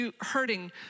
hurting